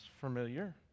familiar